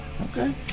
Okay